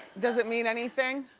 does it mean anything?